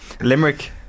Limerick